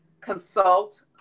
consult